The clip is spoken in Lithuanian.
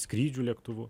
skrydžių lėktuvu